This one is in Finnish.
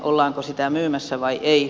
ollaanko sitä myymässä vai ei